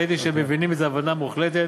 ראיתי שמבינים את זה הבנה מוחלטת,